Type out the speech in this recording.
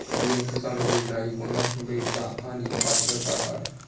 PM Kisan Yojana ही कोणाक मिळता आणि पात्रता काय?